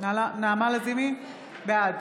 בעד